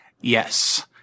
Yes